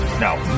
No